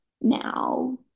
now